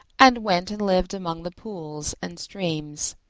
and went and lived among the pools and streams.